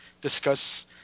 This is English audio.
discuss